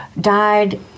died